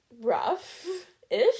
rough-ish